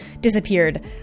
disappeared